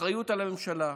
אחריות על הממשלה,